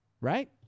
Right